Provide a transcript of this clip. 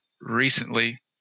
recently